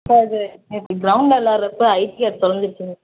sir இது நேற்று கிரௌண்ட்டில் விளையாடுறப்ப ஐடி கார்ட் தொலைஞ்சிடுச்சிங்க